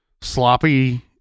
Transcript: sloppy